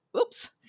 oops